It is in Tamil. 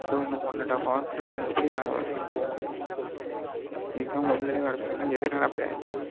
ஸோ இன்னும் ஒன் அண்ட் ஆஃப் ஹவர்க்கிட்ட நான் எப்படி நான் அவ்வளோ சீக்கிரம் போக முடியும் இதுக்குத்தான் உங்களை முன்னாடியே வரச் சொல்லிருந்தேன் எதனால இப்படி ஆக்கிப்பிட்டிங்க